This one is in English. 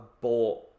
bought